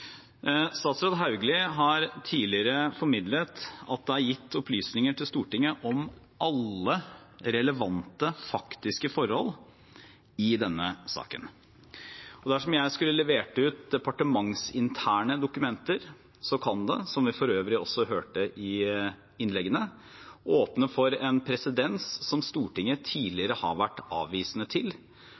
Statsråd Hauglie har tidligere formidlet at det er gitt opplysninger til Stortinget om alle relevante faktiske forhold i denne saken. Dersom jeg skulle levert ut departementsinterne dokumenter, kunne det, som vi for øvrig også hørte i innleggene, åpnet for en presedens som Stortinget tidligere har vært avvisende til,